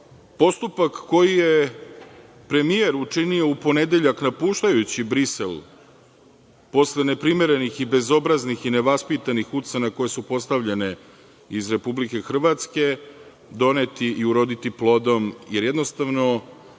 postupak koji je premijer učinio u ponedeljak, napuštajući Brisel posle neprimerenih, bezobraznih i nevaspitanih ucena koje su postavljane iz Republike Hrvatske, doneti i uroditi plodom, jer jednostavno